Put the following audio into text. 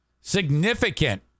significant